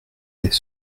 des